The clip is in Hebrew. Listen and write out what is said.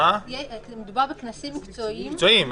מדובר בכנסים מקצועיים.